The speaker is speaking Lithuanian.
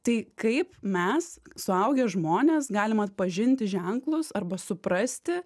tai kaip mes suaugę žmonės galim atpažinti ženklus arba suprasti